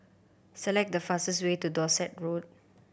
select the fastest way to Dorset Road